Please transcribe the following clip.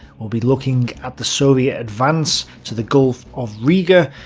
we'll be looking at the soviet advance to the gulf of riga,